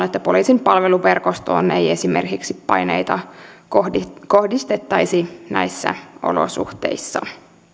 että poliisin palveluverkostoon ei esimerkiksi paineita kohdistettaisi näissä olosuhteissa